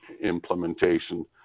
implementation